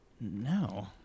No